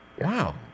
Wow